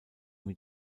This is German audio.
mit